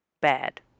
bad